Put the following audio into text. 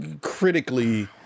critically